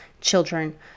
children